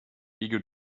eager